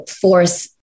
force